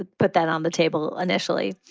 put that on the table. initially,